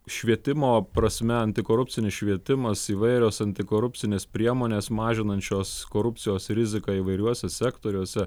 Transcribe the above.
švietimo prasme antikorupcinis švietimas įvairios antikorupcinės priemonės mažinančios korupcijos riziką įvairiuose sektoriuose